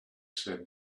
said